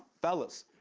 fellas.